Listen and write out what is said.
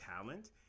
talent